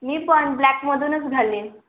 मी पण ब्लॅकमधूनच घालीन